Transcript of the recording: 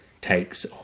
takes